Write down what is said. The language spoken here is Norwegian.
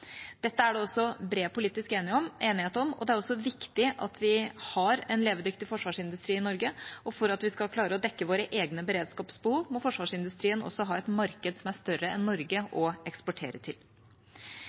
Dette er det bred politisk enighet om, og det er også viktig at vi har en levedyktig forsvarsindustri i Norge. For at vi skal klare å dekke våre egne beredskapsbehov, må forsvarsindustrien også ha et marked som er større enn Norge